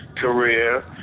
career